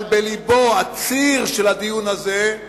אבל בלבו, הציר של הדיון הזה,